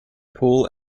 pool